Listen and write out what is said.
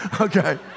Okay